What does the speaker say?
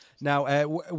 Now